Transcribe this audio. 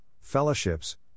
fellowships